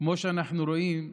כמו שאנחנו רואים,